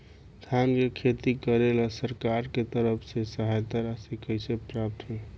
धान के खेती करेला सरकार के तरफ से सहायता राशि कइसे प्राप्त होइ?